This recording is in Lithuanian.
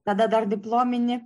tada dar diplominį